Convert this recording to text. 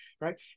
right